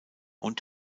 und